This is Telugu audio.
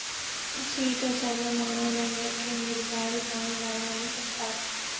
సీత సర్వ మానవులందరికే నీరు గాలి ప్రాణాధారం అని సెప్తారు